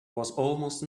almost